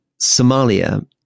Somalia